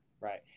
Right